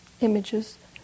images